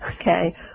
Okay